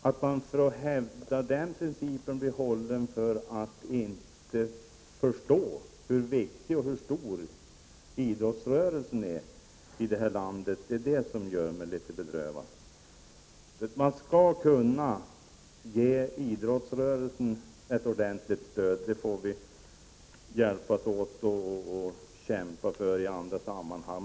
Att jag, för att jag hävdar denna princip, blir hållen för att inte förstå hur viktig och hur stor idrottsrörelsen är i det här landet, gör mig litet bedrövad. Man skall kunna ge idrottsrörelsen ett ordentligt stöd, men det får vi hjälpas åt att kämpa för i andra sammanhang.